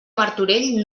martorell